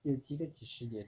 有几个几十年